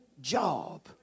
job